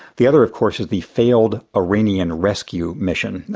the other of course is the failed iranian rescue mission,